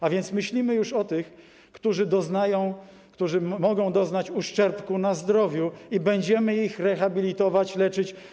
A więc myślimy już o tych, którzy doznają, którzy mogą doznać uszczerbku na zdrowiu, i będziemy ich rehabilitować, leczyć.